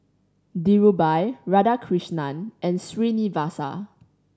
Dhirubhai Radhakrishnan and Srinivasa